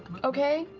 okay,